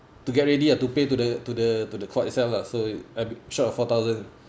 to get ready ah to pay to the to the to the court itself lah so uh short of four thousand